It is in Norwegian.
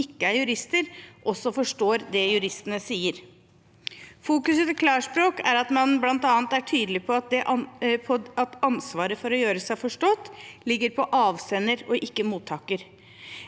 som ikke er jurister, også forstår det juristene sier. Fokuset til klarspråk er at man bl.a. er tydelig på at ansvaret for å gjøre seg forstått ligger på avsender og ikke på mottaker.